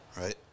right